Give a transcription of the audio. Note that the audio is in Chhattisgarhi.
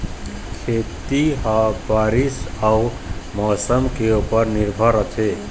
खेती ह बारीस अऊ मौसम के ऊपर निर्भर रथे